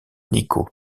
nicot